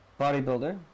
bodybuilder